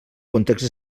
context